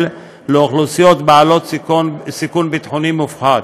לקבוצות אוכלוסייה בעלות סיכון ביטחוני מופחת.